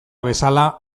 bezala